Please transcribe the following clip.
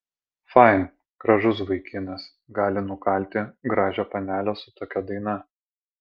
fain gražus vaikinas gali nukalti gražią panelę su tokia daina